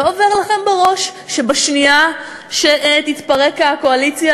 לא עובר לכם בראש שבשנייה שתתפרק הקואליציה